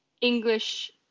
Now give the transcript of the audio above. english